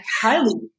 highly